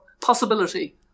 possibility